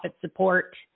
support